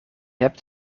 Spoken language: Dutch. hebt